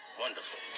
Wonderful